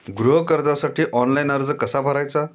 गृह कर्जासाठी ऑनलाइन अर्ज कसा भरायचा?